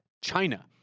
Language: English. China